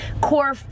Core